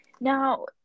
Now